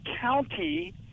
county